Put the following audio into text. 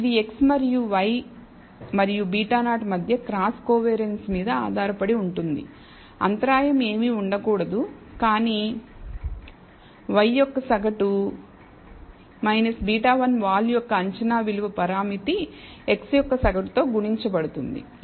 ఇది x మరియు y మరియు β0 మధ్య క్రాస్ కోవియారిన్స్ మీద ఆధారపడి ఉంటుంది అంతరాయం ఏమీ ఉండకూడదు కానీ y యొక్క సగటు β1 వాలు యొక్క అంచనా విలువ పరామితి x యొక్క సగటుతో గుణించబడుతుంది